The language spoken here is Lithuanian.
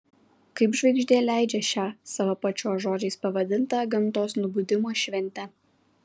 kaip žvaigždė leidžią šią savo pačios žodžiais pavadintą gamtos nubudimo šventę